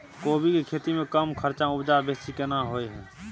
कोबी के खेती में कम खर्च में उपजा बेसी केना होय है?